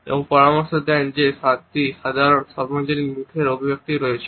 এবং পরামর্শ দেন যে সাতটি সাধারণ সর্বজনীন মুখের অভিব্যক্তি রয়েছে